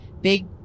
big